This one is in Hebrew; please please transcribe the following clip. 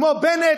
כמו בנט,